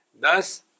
thus